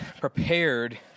prepared